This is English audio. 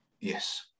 Yes